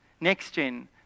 next-gen